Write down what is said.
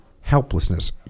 helplessness